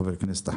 חבר הכנסת,